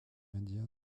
indien